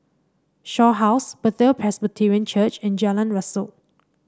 Shaw House Bethel Presbyterian Church and Jalan Rasok